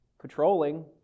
patrolling